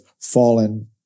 fallen